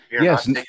Yes